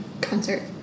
concert